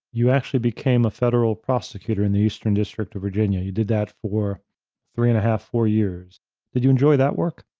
you actually became a federal prosecutor in the eastern district of virginia. you did that for three and a half, four years. did you enjoy that work?